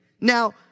Now